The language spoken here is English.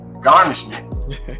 garnishment